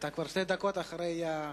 אתה כבר שתי דקות אחרי הזמן.